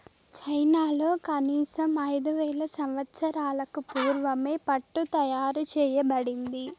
చైనాలో కనీసం ఐదు వేల సంవత్సరాలకు పూర్వమే పట్టు తయారు చేయబడింది